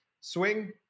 swing